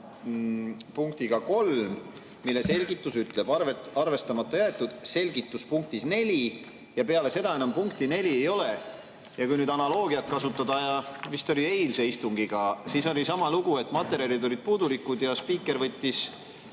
punktiga 3, mille selgitus ütleb, et arvestamata jäetud ja selgitus punktis 4, aga peale seda enam punkti 4 ei tule. Kui nüüd analoogiat kasutada, siis vist oli eilsel istungil sama lugu, et materjalid olid puudulikud ja spiiker võttis